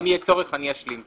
אם יהיה צורך, אשלים כמובן.